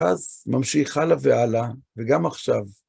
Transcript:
אז ממשיך הלאה והלאה, וגם עכשיו.